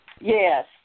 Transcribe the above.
Yes